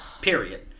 period